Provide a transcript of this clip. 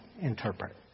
interpret